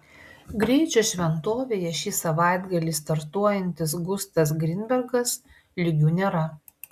greičio šventovėje ši savaitgalį startuojantis gustas grinbergas lygių nėra